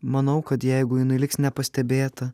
manau kad jeigu jinai liks nepastebėta